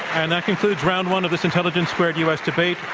and that concludes round one of this intelligence squared u. s. debate,